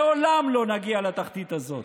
לעולם לא נגיע לתחתית הזאת.